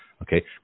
Okay